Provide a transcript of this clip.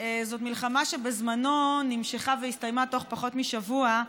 זו מלחמה שבזמנו נמשכה והסתיימה בתוך פחות משבוע,